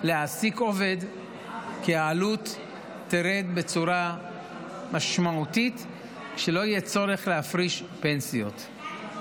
להעסיק עובד כי העלות תרד בצורה משמעותית כשלא יהיה צורך להפריש פנסיות.